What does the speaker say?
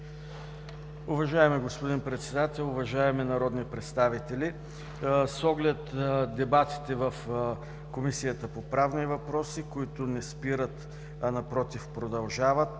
Уважаеми господин Председател, уважаеми народни представители! С оглед дебатите в Комисията по правни въпроси, които не спират, а, напротив, продължават